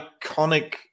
iconic